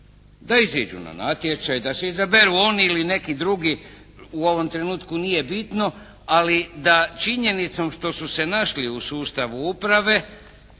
Da iziđu na natječaj, da se izaberu oni ili neki drugi u ovom trenutku nije bitno, ali da činjenicom što su se našli u sustavu uprave